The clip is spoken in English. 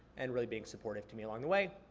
and really being supportive to me along the way.